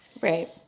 Right